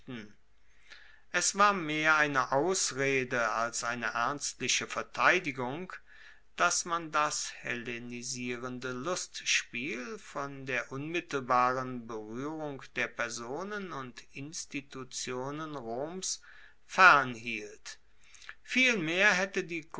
es war mehr eine ausrede als eine ernstliche verteidigung dass man das hellenisierende lustspiel von der unmittelbaren beruehrung der personen und institutionen roms fernhielt vielmehr haette die